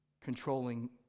controlling